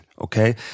okay